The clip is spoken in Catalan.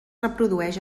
reprodueix